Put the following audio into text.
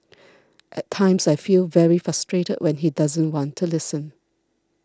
at times I feel very frustrated when he doesn't want to listen